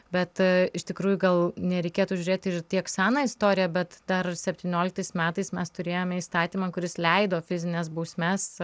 bet iš tikrųjų gal nereikėtų žiūrėti ir tiek seną istoriją bet dar septynioliktais metais mes turėjome įstatymą kuris leido fizines bausmes